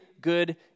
Good